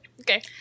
okay